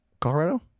Colorado